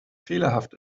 fehlerhaft